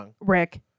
Rick